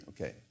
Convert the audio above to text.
Okay